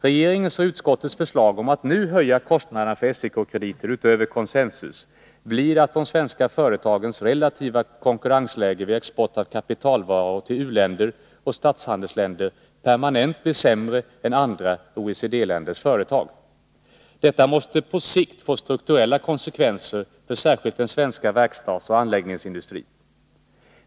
Regeringens och utskottets förslag om att nu höja kostnaderna för SEK-krediter utöver consensus blir att de svenska företagens relativa konkurrensläge vid export av kapitalvaror till u-länder och statshandelsländer permanent blir sämre än andra OECD-länders företag. Detta måste på sikt få strukturella konsekvenser för särskilt den svenska verkstadsoch anläggningsindustrin.